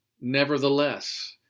nevertheless